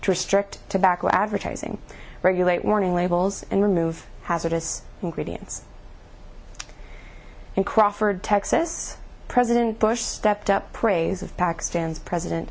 restrict tobacco advertising regulate warning labels and remove hazardous ingredients in crawford texas president bush stepped up praise of pakistan's president